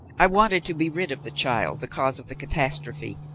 i wanted to be rid of the child, the cause of the catastrophe,